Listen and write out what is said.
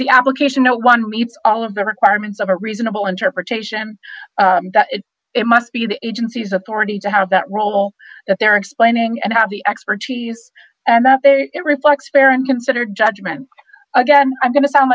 the application one meets all of the requirements of a reasonable interpretation that it must be the agency's authority to have that role if they're explaining and have the expertise and that it reflects parent considered judgment again i'm going to sound